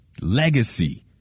Legacy